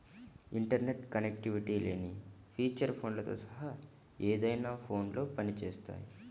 internet connectivity లేని feature ఫోన్లతో సహా ఏదైనా ఫోన్లో పని చేస్తాయి